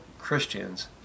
Christians